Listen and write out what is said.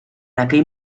aquell